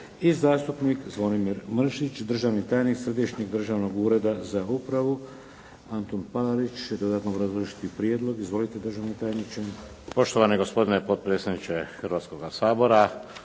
I zastupnik Zvonimir Mršić, državni tajnik Središnjeg državnog ureda za upravu Antun Palarić će dodatno obrazložiti prijedlog. Izvolite, državni tajniče. **Palarić, Antun** Poštovani gospodine potpredsjedniče Hrvatskoga sabora,